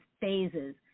phases